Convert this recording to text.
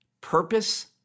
purpose